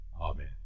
Amen